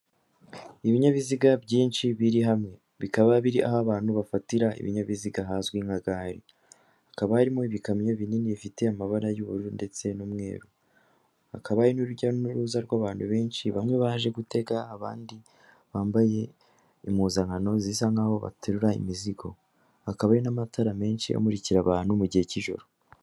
Ibinyabiziga byinshi biri hamwe. Bikaba biri aho abantu bafatira ibinyabiziga hazwi nka gare. Hakaba harimo ibikamyo binini bifite amabara y'ubururu ndetse n'umweru. Hakaba hari n'urujya n'uruza rw'abantu benshi, bamwe baje gutega abandi bambaye impuzankano zisa nkaho baterura imizigo. Hakaba hari n'amatara menshi amurikira abantu mu gihe cy'ijoro.